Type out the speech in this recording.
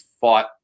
fought